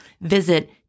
Visit